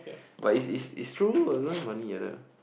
but it's it's it's true I don't have money that time